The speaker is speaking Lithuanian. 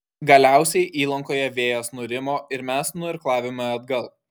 galiausiai įlankoje vėjas nurimo ir mes nuirklavome atgal